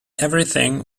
everything